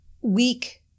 weak